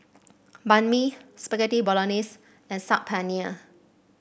Banh Mi Spaghetti Bolognese and Saag Paneer